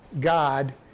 God